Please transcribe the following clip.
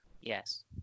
Yes